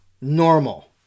normal